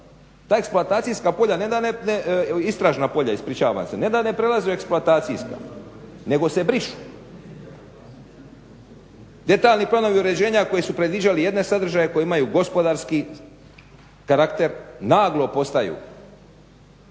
u posao, ta istražna polja ne da ne prelaze u eksploatacijska nego se brišu. Detaljni planovi uređenja koji su predviđali jedne sadržaje koji imaju gospodarski karakter naglo postaju